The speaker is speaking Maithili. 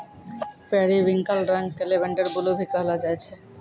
पेरिविंकल रंग क लेवेंडर ब्लू भी कहलो जाय छै